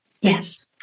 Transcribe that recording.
Yes